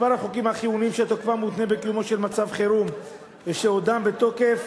מספר החוקים החיוניים שתוקפם מותנה בקיומו של מצב חירום ושעודם בתוקף